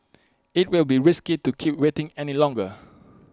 IT will be risky to keep waiting any longer